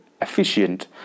efficient